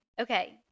Okay